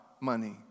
money